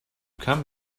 come